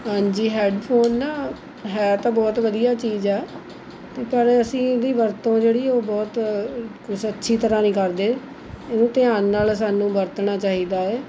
ਹਾਂਜੀ ਹੈੱਡਫ਼ੋਨ ਨਾ ਹੈ ਤਾਂ ਬਹੁਤ ਵਧੀਆ ਚੀਜ਼ ਆ ਪਰ ਅਸੀਂ ਇਹਦੀ ਵਰਤੋਂ ਜਿਹੜੀ ਉਹ ਬਹੁਤ ਕੁਛ ਅੱਛੀ ਤਰ੍ਹਾਂ ਨਹੀਂ ਕਰਦੇ ਇਹਨੂੰ ਧਿਆਨ ਨਾਲ਼ ਸਾਨੂੰ ਵਰਤਣਾ ਚਾਹੀਦਾ ਏ